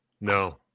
No